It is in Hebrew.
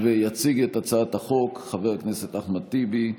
יציג את הצעת החוק חבר הכנסת אחמד טיבי,